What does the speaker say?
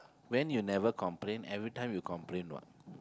when you never complain every time you complain what